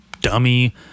dummy